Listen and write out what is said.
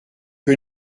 que